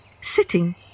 sitting